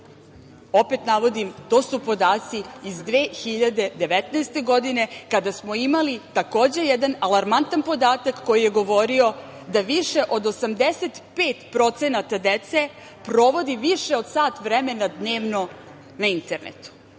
navodim, to su podaci iz 2019. godine, kada smo imali takođe jedan alarmantan podatak koji je govorio da više od 85% dece provodi više od sat vremena dnevno na internetu.